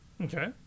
Okay